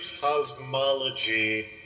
cosmology